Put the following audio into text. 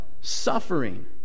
suffering